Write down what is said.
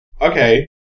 okay